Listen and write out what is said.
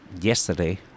yesterday